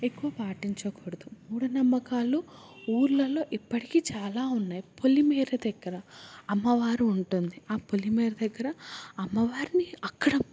ఎక్కువ పాటించకూడదు మూఢనమ్మకాలు ఊర్లలో ఇప్పటికీ చాలా ఉన్నాయి పొలిమేర దగ్గర అమ్మవారు ఉంటుంది ఆ పొలిమేర దగ్గర అమ్మవారిని అక్కడ మొక్కి